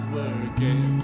working